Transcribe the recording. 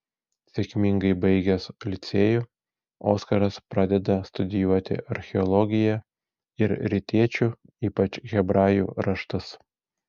sėkmingai baigęs licėjų oskaras pradeda studijuoti archeologiją ir rytiečių ypač hebrajų raštus